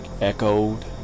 echoed